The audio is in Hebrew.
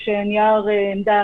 יש נייר עמדה